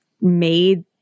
made